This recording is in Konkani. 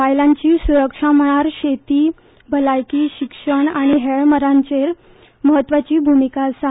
बायलांची सुरक्षा मळार शेती भलायकी शिक्षण आनी हेर मळांचेर महत्वाची भूमिका आसा